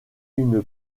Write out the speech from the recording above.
une